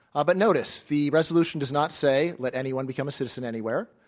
ah but notice, the resolution does not say let anyone become a citizen anywhere.